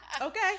okay